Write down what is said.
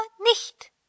nicht